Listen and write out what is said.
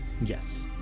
yes